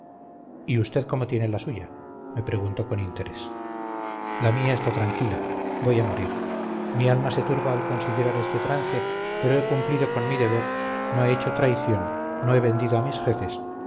y usted cómo tiene la suya me preguntó con interés la mía está tranquila voy a morir mi alma se turba al considerar este trance pero he cumplido con mi deber no he hecho traición no he vendido a mis jefes